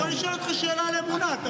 אתה מתבייש באמונה שלך?